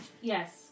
Yes